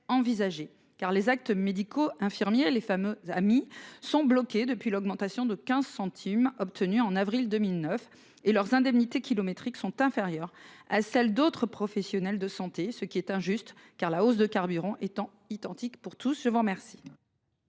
car les actes médicaux infirmiers les fameuses amis sont bloquées depuis l'augmentation de 15 centimes obtenus en avril 2009 et leurs indemnités kilométriques sont inférieures à celles d'autres professionnels de santé, ce qui est injuste car la hausse de carburant étant identique pour tous. Je vous remercie.